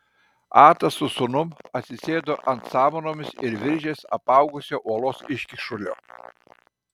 atas su sūnum atsisėdo ant samanomis ir viržiais apaugusio uolos iškyšulio